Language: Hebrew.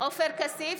עופר כסיף,